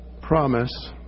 promise